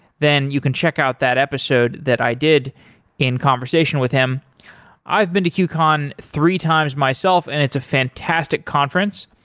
then you can check out that episode that i did in conversation with him i've been to qcon three times myself and it's a fantastic conference.